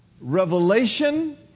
revelation